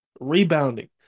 rebounding